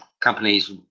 companies